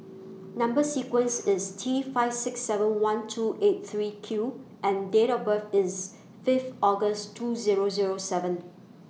Number sequence IS T five six seven one two eight three Q and Date of birth IS Fifth August two Zero Zero seven